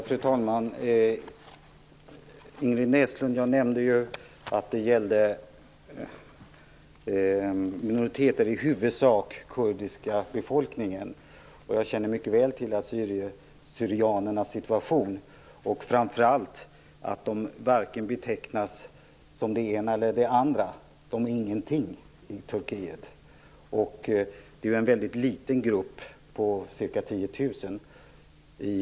Fru talman! Jag nämnde att det gällde minoriteter, i huvudsak den kurdiska befolkningen, Ingrid Näslund. Jag känner mycket väl till assyriernas/syrianernas situation, framför allt att de varken betecknas som det ena eller det andra. De är ingenting i Turkiet. Det är en mycket liten grupp på ca 10 000 människor.